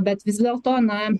bet vis dėlto na